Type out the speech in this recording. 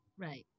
Right